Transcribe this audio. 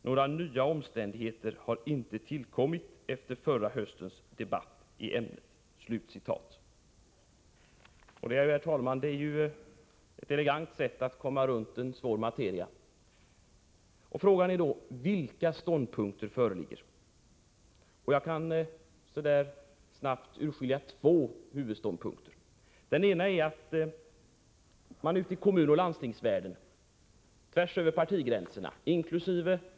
Några nya omständigheter har inte tillkommit efter förra höstens riksdagsdebatt i ämnet —” Det är, herr talman, ett elegant sätt att komma runt en svår materia. Frågan är då: Vilka ståndpunkter föreligger? Jag kan snabbt urskilja två huvudståndpunkter. Den ena är att man ute i kommunoch landstingsvärlden, tvärs över partigränserna, inkl.